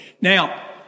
Now